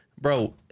bro